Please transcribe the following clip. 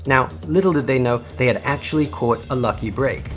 now, little did they know, they had actually caught a lucky break,